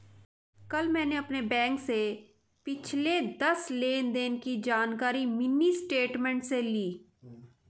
कल मैंने अपने बैंक से पिछले दस लेनदेन की जानकारी मिनी स्टेटमेंट से ली